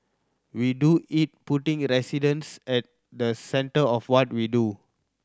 we do it putting residents at the centre of what we do